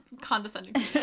condescending